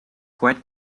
quite